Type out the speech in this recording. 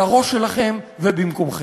על הראש שלכם ובמקומכם.